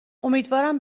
امیدوارم